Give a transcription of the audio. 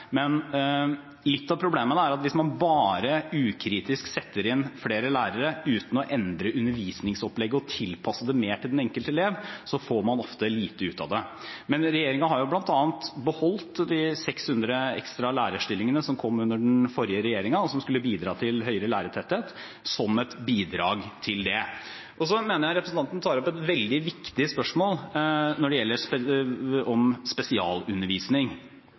men hvis man bare ukritisk setter inn flere lærere uten å endre undervisningsopplegget og tilpasse det mer til den enkelte elev, får man ofte lite ut av det, og det er litt av problemet. Men regjeringen har bl.a. beholdt de 600 ekstra lærerstillingene som kom under den forrige regjeringen, og som skulle bidra til høyere lærertetthet, som et bidrag til det. Så mener jeg representanten tar opp et veldig viktig spørsmål når det gjelder